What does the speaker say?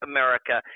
America